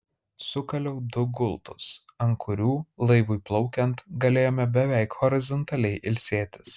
sukaliau du gultus ant kurių laivui plaukiant galėjome beveik horizontaliai ilsėtis